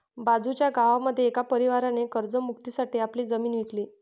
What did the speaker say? बाजूच्या गावामध्ये एका परिवाराने कर्ज मुक्ती साठी आपली जमीन विकली